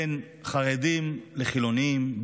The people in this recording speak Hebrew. בין חרדים לחילונים,